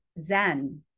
zen